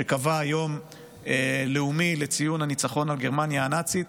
שקבע יום לאומי לציון הניצחון על גרמניה הנאצית.